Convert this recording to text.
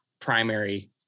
primary